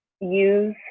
use